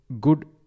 good